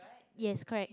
yes correct